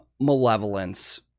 Malevolence